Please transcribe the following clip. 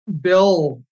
Bill